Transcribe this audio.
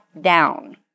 down